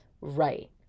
right